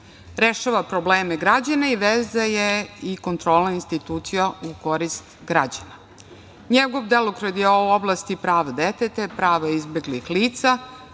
rešava probleme građana i veza je i kontrola institucija u korist građana. Njegov delokrug je u oblasti prava deteta, prava izbeglih lica,